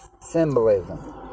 symbolism